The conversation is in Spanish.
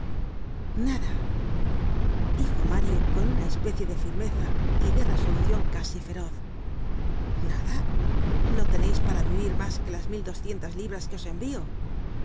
nada dijo mario con una especie de firmeza y de resolucion casi feroz nada no teneis para vivir mas que las mil doscientas libras que os envio